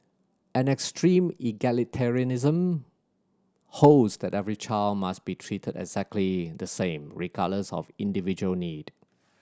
an extreme egalitarianism holds that every child must be treated exactly the same regardless of individual need